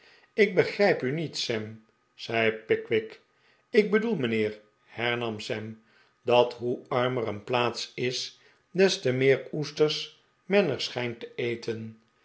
ik begrijp u niet sam zei pickwick ik bedoel mijnheer hernam sam dat hoe armer een plaats is de's te meer oesters men er schijnt te eten